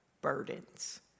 burdens